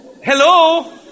Hello